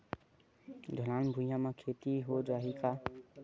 ढलान भुइयां म खेती हो जाही का?